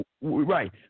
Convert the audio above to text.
right